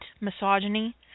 misogyny